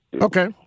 Okay